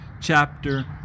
chapter